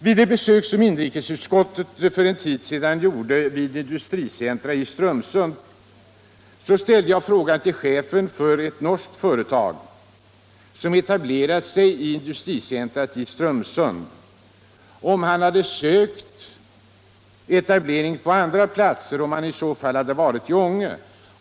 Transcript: Vid det besök som inrikesutskottet för en tid sedan gjorde vid industricentret i Strömsund frågade jag chefen för ett norskt företag som etablerat sig där om företaget hade sökt etablering på andra platser och om han i så fall hade varit i Ånge.